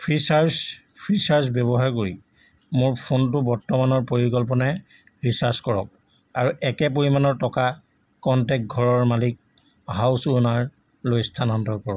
Freecharge FreeCharge ব্যৱহাৰ কৈ মোৰ ফোনটো বৰ্তমানৰ পৰিকল্পনাৰে ৰিচাৰ্জ কৰক আৰু একে পৰিমাণৰ টকা কণ্টেক্ট ঘৰৰ মালিক হাউছ অ'নাৰলৈ স্থানান্তৰ কৰক